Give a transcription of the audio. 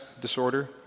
disorder